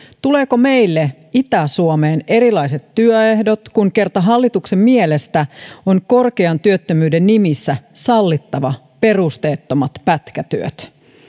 tuleeko meille itä suomeen erilaiset työehdot kun kerta hallituksen mielestä on korkean työttömyyden nimissä sallittava perusteettomat pätkätyöt